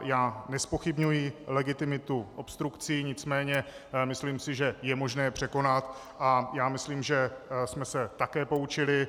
Já nezpochybňuji legitimitu obstrukcí, nicméně myslím si, že je možné to překonat, a myslím si, že jsme se také poučili.